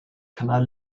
kanal